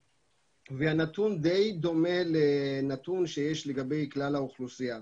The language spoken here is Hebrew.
הנתון די דומה לנתון שיש לגבי כלל האוכלוסייה.